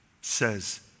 says